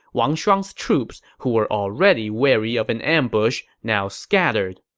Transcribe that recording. wang shuang's troops, who were already wary of an ambush, now scattered.